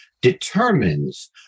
determines